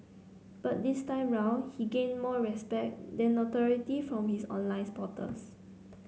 but this time round he gained more respect than notoriety from his online supporters